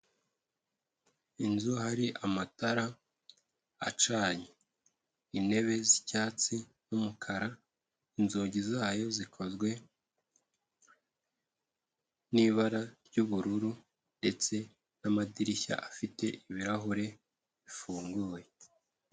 Inzu hari amatara acanye, intebe z'icyatsi n'umukara, inzugi zayo zikozwe n'ibara ry'ubururu ndetse n'amadirishya afite ibirahure bifunguye.